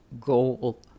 goal